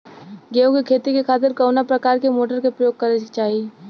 गेहूँ के खेती के खातिर कवना प्रकार के मोटर के प्रयोग करे के चाही?